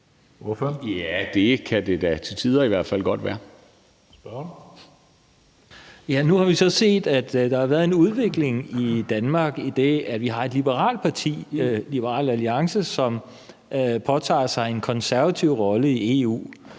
Hønge): Spørgeren. Kl. 19:26 Kim Valentin (V): Nu har vi så set, at der har været en udvikling i Danmark, idet vi har et liberalt parti, Liberal Alliance, som påtager sig en konservativ rolle i EU.